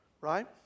right